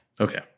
Okay